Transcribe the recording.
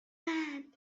man